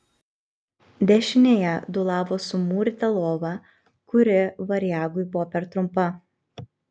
dešinėje dūlavo sumūryta lova kuri variagui buvo per trumpa